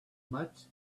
much